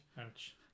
Ouch